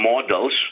models